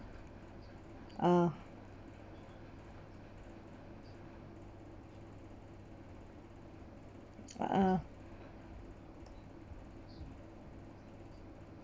uh uh